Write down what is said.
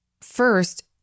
First